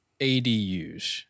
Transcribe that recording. ADUs